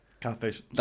Catfish